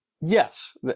Yes